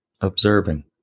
observing